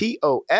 TOS